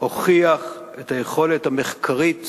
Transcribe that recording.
הוכיח את היכולת המחקרית